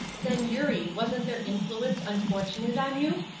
then, eurie, wasn't their influence unfortunate on you?